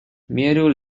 meadow